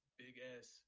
big-ass